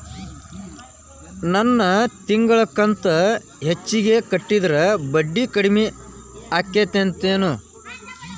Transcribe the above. ನನ್ ತಿಂಗಳ ಕಂತ ಹೆಚ್ಚಿಗೆ ಕಟ್ಟಿದ್ರ ಬಡ್ಡಿ ಕಡಿಮಿ ಆಕ್ಕೆತೇನು?